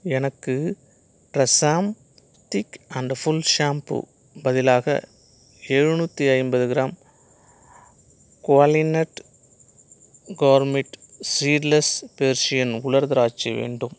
எனக்கு TRESemmé thick and full shampoo பதிலாக எழுநூற்றி ஐம்பது gram Qualinut gourmet seedless Persian உலர் திராட்சை வேண்டும்